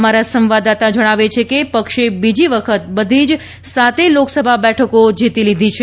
અમારા સંવાદદાતા જણાવે છે કે પક્ષે બીજી વખત બધી જ સાતેય લોકસભા બેઠકો જીતી લીધી છે